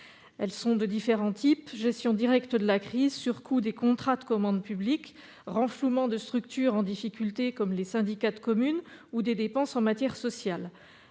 Elles sont de différents types : gestion directe de la crise, surcoût des contrats de commande publique, renflouement de structures en difficulté, comme les syndicats de communes, ou dépenses en matière sociale.